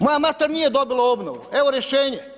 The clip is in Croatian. Moja mater nije dobila obnovu, evo rješenje.